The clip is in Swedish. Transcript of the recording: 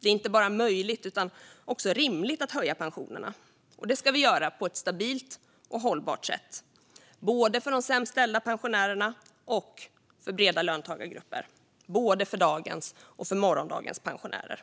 Det är inte bara möjligt utan också rimligt att höja pensionerna, och det ska vi göra på ett stabilt och hållbart sätt för både de sämst ställda pensionärerna och breda löntagargrupper och för både dagens och morgondagens pensionärer.